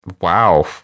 wow